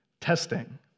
testing